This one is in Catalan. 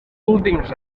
últims